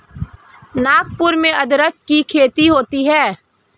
नागपुर में अदरक की खेती होती है